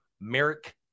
Merrick